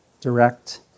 direct